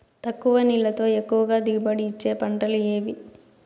తక్కువ నీళ్లతో ఎక్కువగా దిగుబడి ఇచ్చే పంటలు ఏవి?